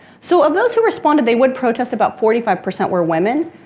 so, of those who responded they would protest, about forty five percent were women.